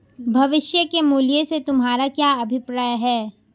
भविष्य के मूल्य से तुम्हारा क्या अभिप्राय है?